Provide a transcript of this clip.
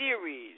series